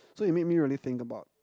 so it make me really think about